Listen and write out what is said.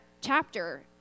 chapter